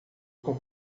com